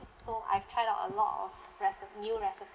so I've tried out a lot of reci~ new recipes